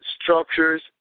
structures